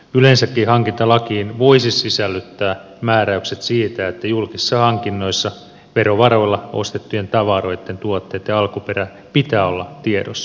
yleensäkin hankintalakiin voisi sisällyttää määräykset siitä että julkisissa hankinnoissa verovaroilla ostettujen tavaroitten ja tuotteitten alkuperän pitää olla tiedossa